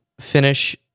finish